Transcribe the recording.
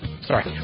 Sorry